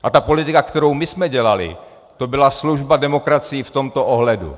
A ta politika, kterou my jsme dělali, to byla služba demokracii v tomto ohledu.